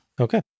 Okay